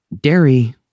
dairy